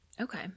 Okay